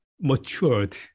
matured